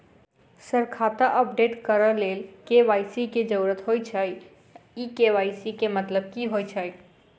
Sir खाता update करऽ लेल के.वाई.सी की जरुरत होइ छैय इ के.वाई.सी केँ मतलब की होइ छैय?